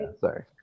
Sorry